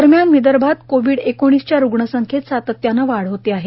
दरम्यान विदर्भात कोविड च्या रुग्ण संख्येत सातत्याने वाढ होते आहे